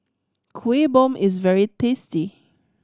Kuih Bom is very tasty